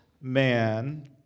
man